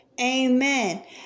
amen